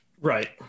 Right